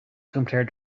compare